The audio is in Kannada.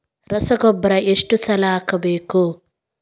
ರಸಗೊಬ್ಬರ ಎಷ್ಟು ಸಲ ಹಾಕಬೇಕು?